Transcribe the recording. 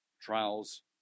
trials